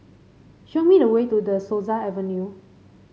show me the way to De Souza Avenue